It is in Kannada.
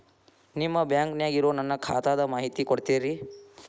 ನಿಮ್ಮ ಬ್ಯಾಂಕನ್ಯಾಗ ಇರೊ ನನ್ನ ಖಾತಾದ ಮಾಹಿತಿ ಕೊಡ್ತೇರಿ?